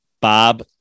Bob